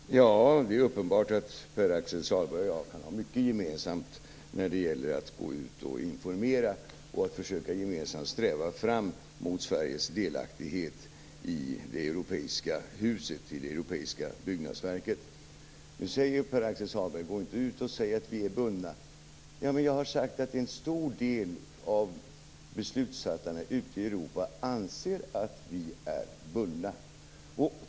Fru talman! Det är uppenbart att Pär-Axel Sahlberg och jag har mycket gemensamt när det gäller att gå ut och informera och försöka att gemensamt sträva för Sveriges delaktighet i det europeiska byggnadsverket. Nu säger Pär-Axel Sahlberg: Gå inte ut och säg att vi är bundna! Vad jag har sagt är att en stor del av beslutsfattarna ute i Europa anser att vi är bundna.